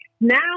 now